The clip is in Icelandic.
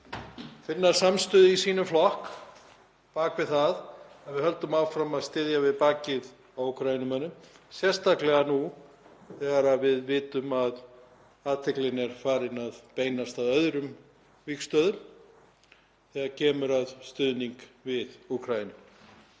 finna samstöðu í sínum flokk á bak við það að við höldum áfram að styðja við bakið á Úkraínumönnum, sérstaklega nú þegar við vitum að athyglin er farin að beinast að öðrum vígstöðvum þegar kemur að stuðningi við Úkraínu.